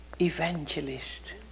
evangelist